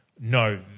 no